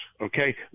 okay